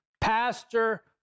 Pastor